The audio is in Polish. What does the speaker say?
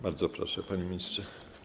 Bardzo proszę, panie ministrze.